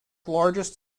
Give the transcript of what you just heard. largest